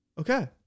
Okay